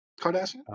Kardashian